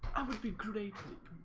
i would be great